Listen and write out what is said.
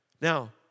Now